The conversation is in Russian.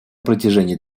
протяжении